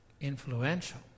Influential